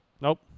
Nope